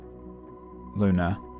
Luna